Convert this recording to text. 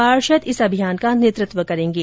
पार्षद इस अभियान का नेतृत्व करेंगे